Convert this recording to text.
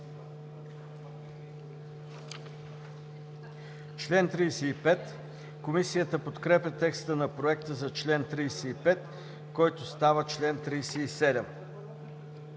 Член 21. Комисията подкрепя текста на Проекта за чл. 21, който става чл. 22.